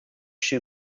shoe